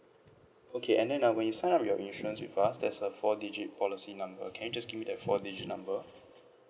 okay and then uh when you sign up your insurance with us there's a four digit policy number can you just give me the four digit number